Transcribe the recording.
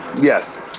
Yes